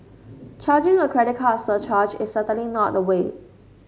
charging a credit card surcharge is certainly not the way